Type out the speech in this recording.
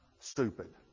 stupid